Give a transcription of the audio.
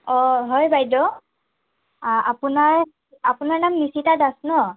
হয় বাইদ' আ আপোনাৰ আপোনাৰ নাম নিশিতা দাস ন